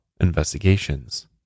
Investigations